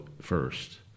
first